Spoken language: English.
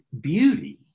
beauty